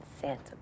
Santa